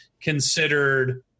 considered